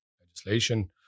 legislation